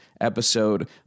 episode